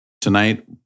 tonight